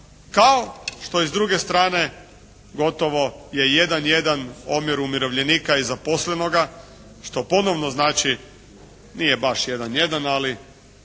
kao što i s druge strane gotovo je 1:1 omjer umirovljenika i zaposlenoga što ponovo znači, nije baš 1:1, ali